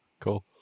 Cool